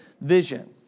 vision